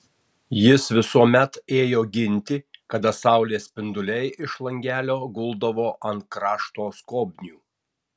jis visuomet ėjo ginti kada saulės spinduliai iš langelio guldavo ant krašto skobnių